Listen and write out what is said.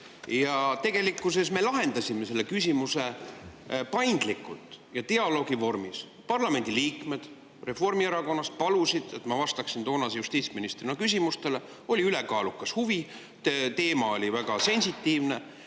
Ja tegelikkuses me lahendasime selle küsimuse paindlikult ja dialoogivormis. Parlamendi liikmed Reformierakonnast palusid, et ma vastaksin toonase justiitsministrina küsimustele, oli ülekaalukas huvi, teema oli väga sensitiivne,